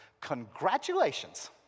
Congratulations